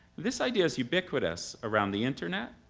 this idea is ubiquitous around the internet